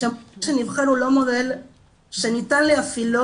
שהמודל שנבחר הוא לא מודל שניתן להפעילו